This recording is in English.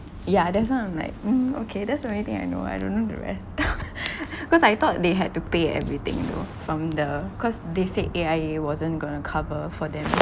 yeah that's why I'm like mm okay that's the only thing I know I don't know the rest because I thought they had to pay everything though from the cause they say A_I_A wasn't going to cover for them